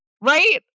right